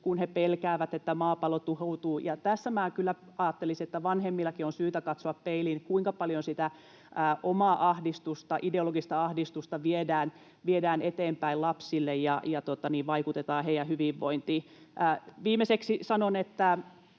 kun he pelkäävät, että maapallo tuhoutuu. Tässä kyllä ajattelisin, että vanhemmillakin on syytä katsoa peiliin, kuinka paljon sitä omaa ideologista ahdistusta viedään eteenpäin lapsille ja vaikutetaan heidän hyvinvointiinsa. Viimeiseksi sanon, että